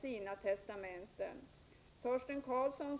sina testamenten till rätta.